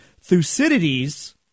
Thucydides